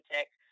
Tech